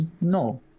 no